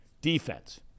defense